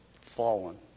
fallen